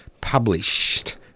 published